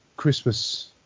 christmas